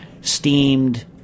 steamed